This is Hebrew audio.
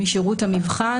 משירות המבחן.